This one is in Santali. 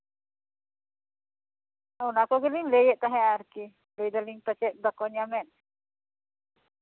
ᱚᱱᱟ ᱠᱚᱜᱮᱞᱤᱧ ᱞᱟᱹᱭᱮᱫ ᱛᱟᱸᱦᱮᱫ ᱟᱨᱠᱤ ᱞᱟᱹᱭ ᱫᱟᱞᱤᱧ ᱯᱟᱪᱮᱫ ᱵᱟᱠᱚ ᱧᱟᱢᱮᱫ